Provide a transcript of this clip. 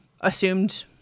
assumed